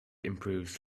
improves